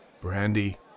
Brandy